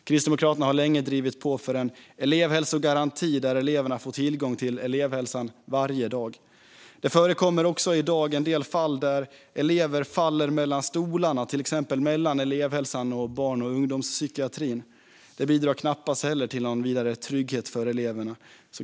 Kristdemokraterna har länge drivit på för en elevhälsogaranti där eleverna får tillgång till elevhälsan varje dag. Det förekommer också i dag att elever faller mellan stolarna, till exempel mellan elevhälsan och barn och ungdomspsykiatrin. Det bidrar knappast heller till någon vidare trygghet för eleverna.